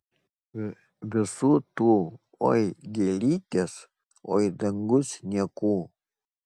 visų tų oi gėlytės oi dangus niekų